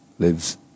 lives